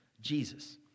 Jesus